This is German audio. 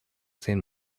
zehn